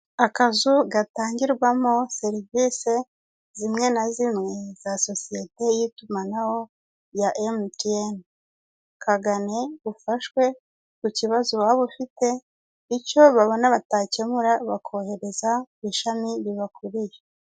Akazu gatangirwamo serivise zimwe na zimwe za sosiyete y'itumanaho ya emutiyeni. Kagane ufashwe ku kibazo waba ufite, icyo babona batakemura, bakohereza ku ishami ribakuriye.